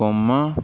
comma